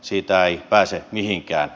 siitä ei pääse mihinkään